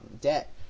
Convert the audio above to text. debt